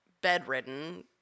bedridden